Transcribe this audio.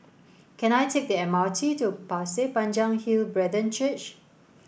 can I take the M R T to Pasir Panjang Hill Brethren Church